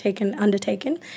undertaken